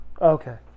Okay